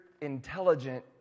intelligent